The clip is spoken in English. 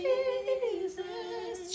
Jesus